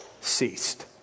ceased